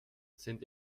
sind